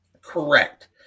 Correct